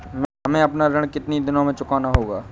हमें अपना ऋण कितनी दिनों में चुकाना होगा?